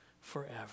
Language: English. forever